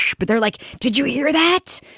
but they're like did you hear that.